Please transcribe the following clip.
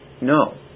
No